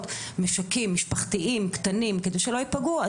משקים משפחתיים וקטנים כדי שלא ייפגעו,